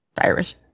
Irish